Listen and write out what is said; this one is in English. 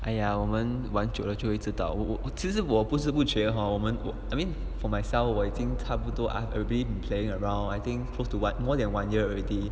!aiya! 我们玩久了就会知道我其实我不知不觉我们 hor I mean for myself 我已经差不多 I~ I've ever been playing around I think close to what more than one year already